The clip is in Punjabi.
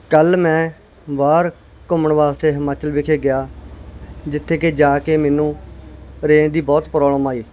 ਕੱਲ੍ਹ ਮੈਂ ਬਾਹਰ ਘੁੰਮਣ ਵਾਸਤੇ ਹਿਮਾਚਲ ਵਿਖੇ ਗਿਆ ਜਿੱਥੇ ਕਿ ਜਾ ਕੇ ਮੈਨੂੰ ਰੇਂਜ ਦੀ ਬਹੁਤ ਪ੍ਰੋਬਲਮ ਆਈ